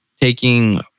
taking